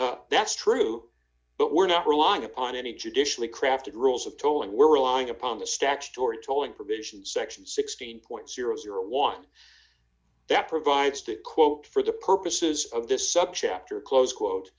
toll that's true but we're not relying upon any judicially crafted rules of tolling we're relying upon the statutory tolling provisions section sixteen point zero zero one that provides to quote for the purposes of this subchapter close quote